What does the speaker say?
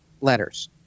letters